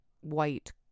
white